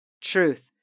Truth